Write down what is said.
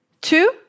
Two